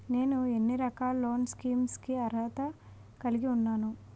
నేను ఎన్ని రకాల లోన్ స్కీమ్స్ కి అర్హత కలిగి ఉన్నాను?